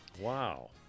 Wow